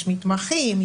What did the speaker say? יש מתמחים,